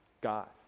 God